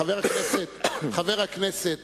חבר הכנסת